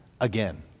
again